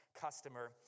customer